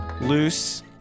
Loose